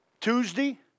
Tuesday